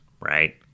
right